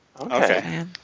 Okay